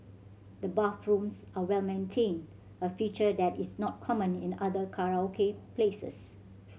the bathrooms are well maintained a feature that is not common in other karaoke places